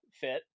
fit